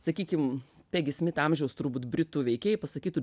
sakykim pegi smit amžiaus turbūt britų veikėjai pasakytų